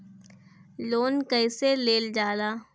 Loan कईसे लेल जाला?